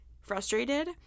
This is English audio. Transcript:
frustrated